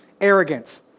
arrogance